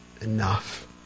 enough